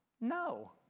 no